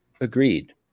Agreed